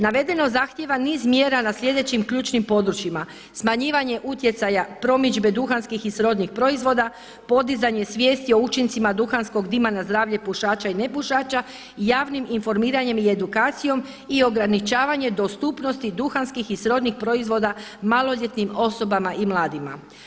Navedeno zahtijeva niz mjera na sljedećim ključnim područjima smanjivanje utjecaja promidžbe duhanskih i srodnih proizvoda, podizanje svijesti o učincima duhanskog dima na zdravlje pušača i nepušača i javnim informiranjem i edukacijom i ograničavanje dostupnosti duhanskih i srodnih proizvoda maloljetnim osobama i mladima.